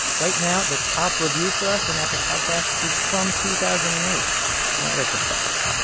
right now, the top review for us an apple podcast is from two thousand and eight network effects.